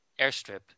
airstrip